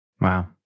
Wow